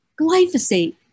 glyphosate